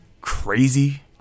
crazy